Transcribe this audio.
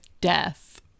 death